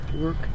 work